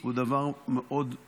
היא דבר שמערער